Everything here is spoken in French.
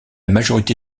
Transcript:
majorité